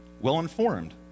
well-informed